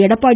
Edappadi